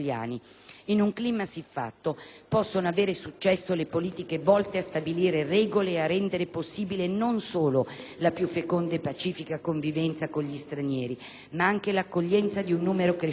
possono avere successo le politiche volte a stabilire regole e a rendere possibile non solo la più feconda e pacifica convivenza con gli stranieri, ma anche l'accoglimento di un numero crescente di nuovi cittadini».